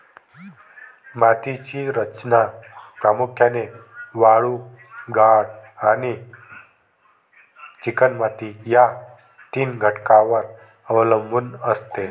मातीची रचना प्रामुख्याने वाळू, गाळ आणि चिकणमाती या तीन घटकांवर अवलंबून असते